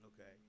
Okay